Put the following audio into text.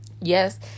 Yes